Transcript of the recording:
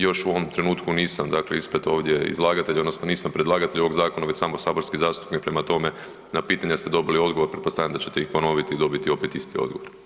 Još u ovom trenutku nisam dakle ispred ovdje izlagatelja odnosno nisam predlagatelj ovoga zakona već samo saborski zastupnik prema tome, na pitanje ste dobili odgovor, pretpostavljam da ćete ih ponoviti i dobiti opet isti odgovor.